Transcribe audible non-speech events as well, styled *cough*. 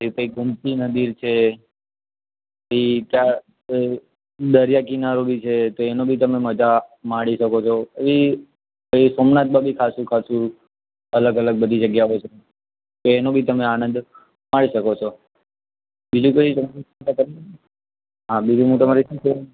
એ છે પછી ગોમતી નદી છે પછી ત્યાં દરિયા કિનારો છે તો એનો બી તમે મજા માણી શકો છો એવી પછી સોમનાથમાં બી ખાસું ખાસું અલગ અલગ બધી જગ્યાઓ છે તો એનો બી તમે આનંદ માણી શકો છો બીજું કંઈ *unintelligible* હા બીજું હું તમારી શું સેવા કરી શકું